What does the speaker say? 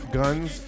guns